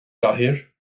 gcathaoir